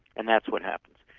and that's what happens.